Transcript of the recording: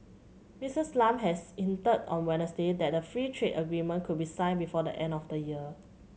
Missis Lam has hinted on Wednesday that the free trade agreement could be signed before the end of the year